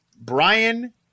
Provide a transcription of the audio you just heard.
Brian